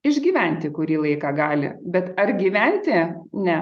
išgyventi kurį laiką gali bet ar gyventi ne